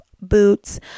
boots